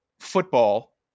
football